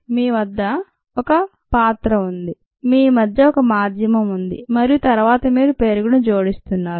మీ వద్ద ఒక పాత్ర ఉంది మీ వద్ద ఒక మాధ్యమం ఉంది మరియు తరువాత మీరు పెరుగును జోడిస్తున్నారు